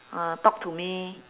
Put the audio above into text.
uh talk to me